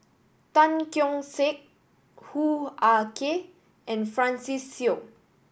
Tan Keong Saik Hoo Ah Kay and Francis Seow